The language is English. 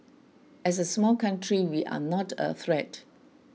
as a small country we are not a threat